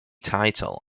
title